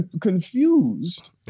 confused